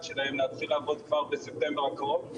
שלהם להתחיל לעבוד כבר בספטמבר הקרוב,